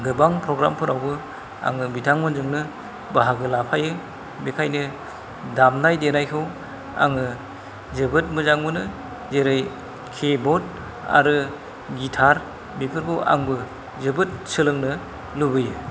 गोबां प्रग्रामफोरावबो आङो बिथांमोनजोंनो बाहागो लाफायो बेखायनो दामनाय देनायखौ आङो जोबोद मोजां मोनो जेरै किबर्ड आरो गिटार बेफोरखौ आंबो जोबोद सोलोंनो लुबैयो